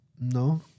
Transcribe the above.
no